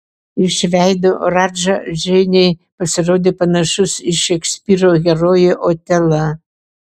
iš veido radža džeinei pasirodė panašus į šekspyro herojų otelą